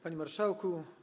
Panie Marszałku!